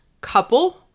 couple